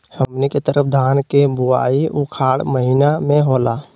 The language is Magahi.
हमनी के तरफ धान के बुवाई उखाड़ महीना में होला